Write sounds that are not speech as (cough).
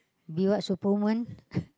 be what superwoman (breath)